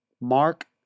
Mark